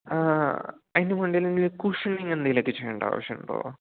അതിൻ്റെ ഉള്ളിൽ കുഷ്യനിങ് എന്തെങ്കിലൊക്കെ ചെയ്യേണ്ട ആവശ്യമുണ്ടോ